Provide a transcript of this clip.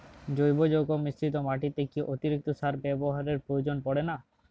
জৈব যৌগ মিশ্রিত মাটিতে কি অতিরিক্ত সার ব্যবহারের প্রয়োজন পড়ে না?